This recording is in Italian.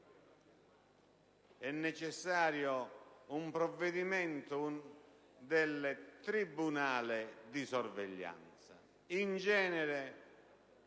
è necessario un provvedimento del tribunale di sorveglianza. In genere,